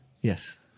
Yes